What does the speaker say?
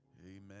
amen